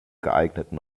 geeigneten